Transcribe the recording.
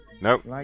Nope